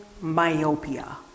myopia